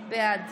בעד